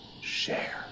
share